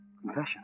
Confession